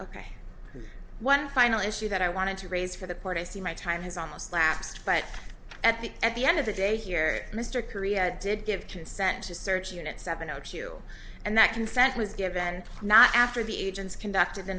ok one final issue that i wanted to raise for the part i see my time is almost lapsed but at the at the end of the day here mr korea did give consent to search it at seven o two and that consent was given not after the agents conducted the